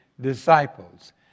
disciples